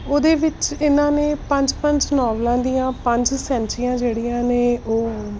ਉਹਦੇ ਵਿੱਚ ਇਹਨਾਂ ਨੇ ਪੰਜ ਪੰਜ ਨੌਵਲਾਂ ਦੀਆਂ ਪੰਜ ਸੈਂਚੀਆਂ ਜਿਹੜੀਆਂ ਨੇ ਉਹ